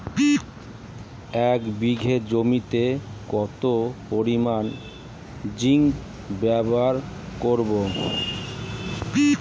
এক বিঘা জমিতে কত পরিমান জিংক ব্যবহার করব?